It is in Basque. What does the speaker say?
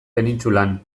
penintsulan